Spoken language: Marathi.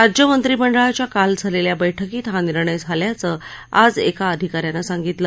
राज्य मंत्रिमंडळाच्या काल झालेल्या बैठकीत हा निर्णय झाल्याचं एका अधिका यानं सांगितलं